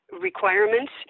requirements